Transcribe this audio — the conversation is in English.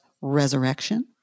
resurrection